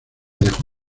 dejó